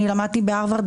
אני למדתי בהווארד,